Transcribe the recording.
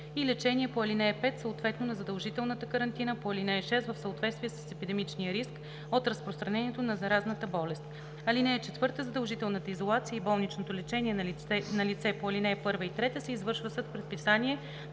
и лечение по ал. 5, съответно на задължителната карантина по ал. 6 в съответствие с епидемичния риск от разпространението на заразната болест. (4) Задължителната изолация и болничното лечение на лице по ал. 1 и 3 се извършва с предписание